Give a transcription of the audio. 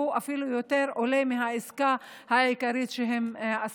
אפילו יותר מהעסקה העיקרית שהם עשו.